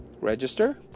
register